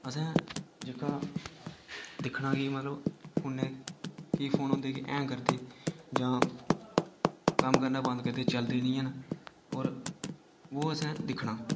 असें जेह्का दिक्खना कि मतलब फोनै कि केईं फोन होंदे कि हैंग करदे जां कम्म करना बंद करदे चलदे नि हैन होर ओह् असेंं दिक्खना